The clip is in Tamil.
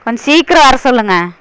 கொஞ்சம் சீக்கிரம் வர சொல்லுங்கள்